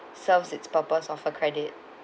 serves its purpose of a credit